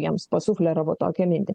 jiems pasufleravo tokią mintį